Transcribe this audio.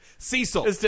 Cecil